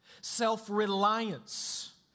self-reliance